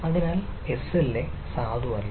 അതിനാൽ SLA സാധുവല്ല